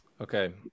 okay